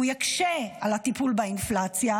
היא תקשה על הטיפול באינפלציה,